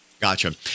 Gotcha